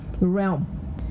realm